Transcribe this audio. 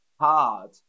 hard